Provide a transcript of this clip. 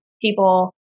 people